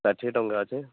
ଷାଠିଏ ଟଙ୍କା ଅଛି